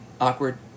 awkward